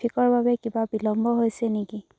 ট্ৰেফিকৰ বাবে কিবা বিলম্ব হৈছে নেকি